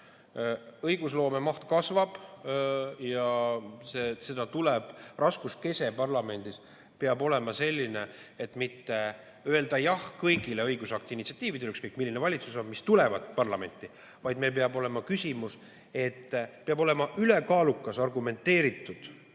Õigusloome maht kasvab ja selle raskuskese parlamendis peab olema selline, et mitte öelda jah kõigile õigusaktiinitsiatiividele – ükskõik milline valitsus on –, mis tulevad parlamenti, vaid peab olema ülekaalukas argumenteeritud